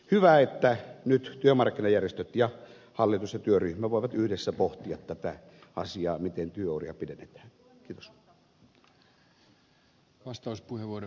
hyvä että nyt työmarkkinajärjestöt ja hallitus ja työryhmä voivat yhdessä pohtia tätä asiaa miten työuria pidennetään